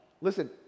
listen